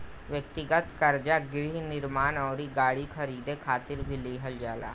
ब्यक्तिगत कर्जा गृह निर्माण अउरी गाड़ी खरीदे खातिर भी लिहल जाला